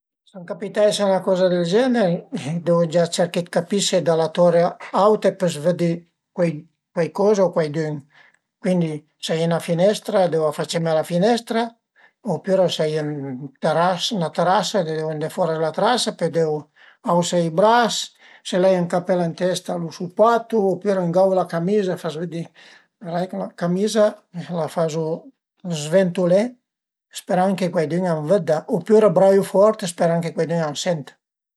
Se a m'capiteisa 'na coza del genere deu gia capì se da la torre auta pös vëddi cuaicoza o cuaidün, cuindi s'a ie 'na finestra deu afaceme a la finestra opüra s'a ie 'na tërasa deu andé fora s'la trasa, pöi deu ausé i bras, se l'ai ün capèl ën testa lu supatu opüra m'gavu la camiza e fas vëddi parei cun la camiza, la fazu zventulé sperand che cuaidün a m'vëdda opüra braiu fort sperand che cuaidün a m'sënta